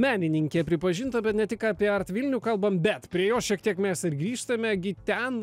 menininke pripažinta ne tik apie artvilnių kalbam bet prie jo šiek tiek mes ir grįžtame gi ten